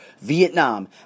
Vietnam